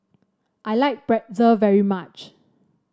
I like Pretzel very much